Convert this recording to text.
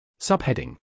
Subheading